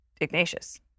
Ignatius